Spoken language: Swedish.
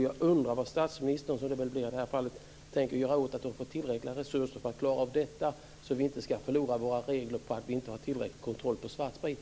Jag undrar vad statsministern, som det väl blir i det här fallet, tänker göra så att den får tillräckliga resurser för att klara av detta, så att vi inte ska förlora våra regler för att vi inte har tillräcklig kontroll på svartsprit.